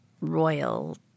royal